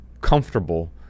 comfortable